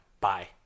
Bye